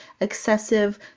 excessive